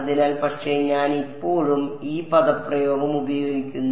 അതിനാൽ പക്ഷേ ഞാൻ ഇപ്പോഴും ഈ പദപ്രയോഗം ഉപയോഗിക്കുന്നു